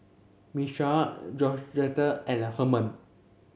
Miesha Georgetta and the Hernan